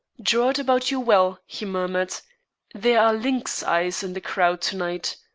draw it about you well, he murmured there are lynx eyes in the crowd to-night.